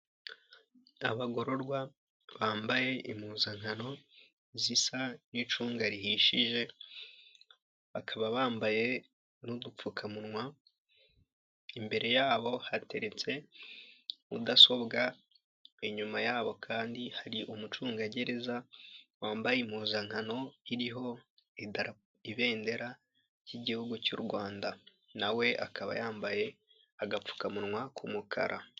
Abagororwa bambaye impuzankano zisa n'icunga rihishije bakaba bambaye n'udupfukamunwa, imbere yabo hateretse mudasobwa, inyuma yabo kandi hari umucungagereza wambaye impuzankano iriho ibendera ry'igihugu cy'u Rwanda, nawe akaba yambaye agapfukamunwa k'umukara.